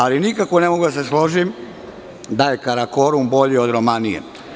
Ali, nikako ne mogu da se složim da je Karakorum bolji od Romanije.